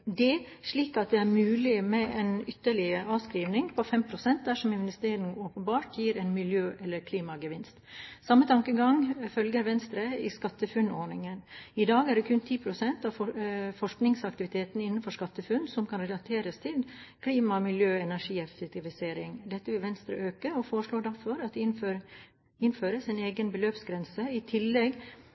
d, slik at det er mulig med en ytterligere avskrivning på 5 pst. dersom investeringen åpenbart gir en miljø- eller klimagevinst. Samme tankegang følger Venstre i SkatteFUNN-ordningen. I dag er det kun 10 pst. av forskningsaktiviteten innenfor SkatteFUNN som kan relateres til klima-/miljø-/energieffektivisering. Dette vil Venstre øke og foreslår derfor at det innføres en egen beløpsgrense i tillegg